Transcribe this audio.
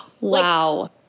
Wow